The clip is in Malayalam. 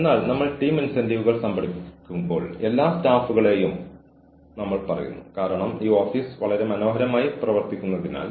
എന്നാൽ അതിനപ്പുറം തീർച്ചയായും നിങ്ങൾക്കറിയില്ല സാഹചര്യത്തെ ആശ്രയിച്ച് നിങ്ങൾക്ക് ഒരു തീരുമാനം എടുക്കാം